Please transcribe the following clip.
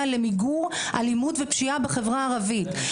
למיגור האלימות והפשיעה בחברה הערבית.